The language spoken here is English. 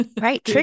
Right